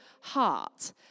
heart